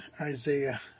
Isaiah